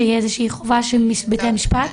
שיהיה איזושהי חובה של בתי המשפט?